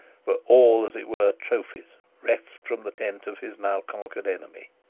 were all as it were trophies reft from the tent of his now conquered enemy.